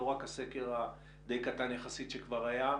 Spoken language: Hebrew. לא רק הסקר הדי קטן יחסית שכבר היה,